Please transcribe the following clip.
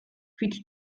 fit